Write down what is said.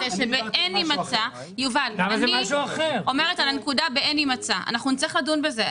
נצטרך לדון בזה.